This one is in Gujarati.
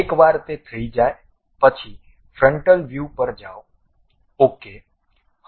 એકવાર તે થઈ જાય પછી ફ્રન્ટલ વ્યૂ પર જાઓ OK